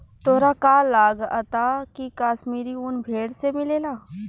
तोहरा का लागऽता की काश्मीरी उन भेड़ से मिलेला